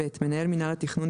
(ב)מנהל מינהל התכנון,